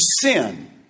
sin